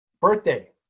birthday